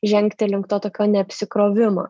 žengti link to tokio neapsikrovimo